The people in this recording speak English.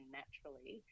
naturally